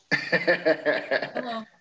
Hello